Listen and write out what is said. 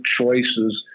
choices